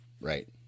Right